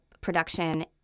production